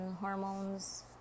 hormones